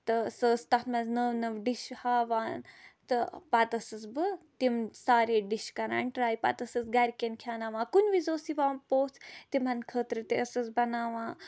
تہٕ سۄ ٲسۍ تَتھ منٛز نٔوۍ نٔوۍ ڈِش ہاوان تہٕ پَتہٕ ٲسٕس بہٕ تِم سارے ڈِش کران ٹراے پتہٕ ٲسٕس گرِ کٮ۪ن کھٮوناوان کُنہِ وِزِ اوس یِوان پوٚژھ تِمن خٲطرٕ تہِ ٲسٕس بَناوان